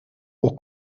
pour